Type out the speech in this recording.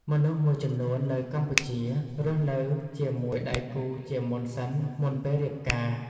មនុស្សមួយចំនួននៅកម្ពុជារស់នៅជាមួយដៃគូជាមុនសិនមុនពេលរៀបការ។